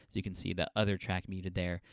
as we can see, that other track muted, there,